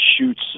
shoots